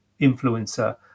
influencer